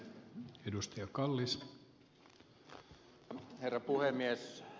arvoisa herra puhemies